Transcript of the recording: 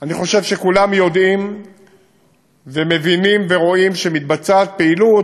אני חושב שכולם יודעים ומבינים ורואים שמתבצעת פעילות